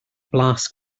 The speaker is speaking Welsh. blas